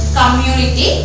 community